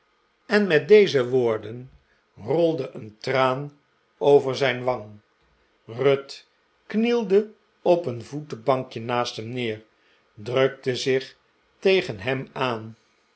en met deze woorden rolde een traan over zijn wang ruth knielde op een voetenbankje naast hem neer drukte zich tegen hem aan